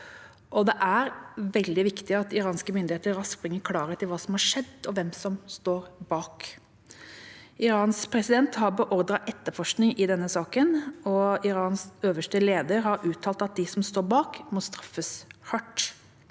Det er veldig viktig at iranske myndigheter raskt bringer klarhet i hva som har skjedd, og hvem som står bak. Irans president har beordret etterforskning i denne saken, og Irans øverste leder har uttalt at de som står bak, må straffes hardt.